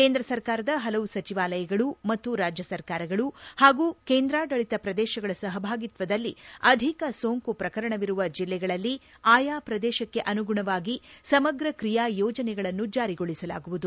ಕೇಂದ್ರ ಸರ್ಕಾರದ ಹಲವು ಸಚಿವಾಲಯಗಳು ಮತ್ತು ರಾಜ್ಯ ಸರ್ಕಾರಗಳು ಹಾಗೂ ಕೇಂದ್ರಾಡಳಿತ ಪ್ರದೇಶಗಳ ಸಹಭಾಗಿತ್ವದಲ್ಲಿ ಅಧಿಕ ಸೋಂಕು ಪ್ರಕರಣವಿರುವ ಜಿಲ್ಲೆಗಳಲ್ಲಿ ಅಯಾ ಪ್ರದೇಶಕ್ಕೆ ಅನುಗುಣವಾಗಿ ಸಮಗ್ರ ಕ್ರಿಯಾ ಯೋಜನೆಗಳನ್ನು ಜಾರಿಗೊಳಿಸಲಾಗುವುದು